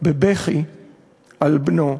בבכי על בנו,